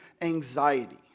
anxiety